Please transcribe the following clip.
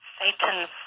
Satan